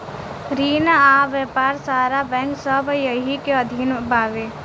रिन आ व्यापार सारा बैंक सब एही के अधीन बावे